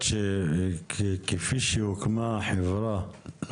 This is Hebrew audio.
מי שמביא את התקציב זה אגף תקציבים במשרד